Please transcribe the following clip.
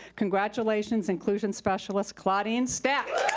congratulations, inclusion specialist claudine steck.